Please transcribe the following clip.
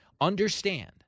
Understand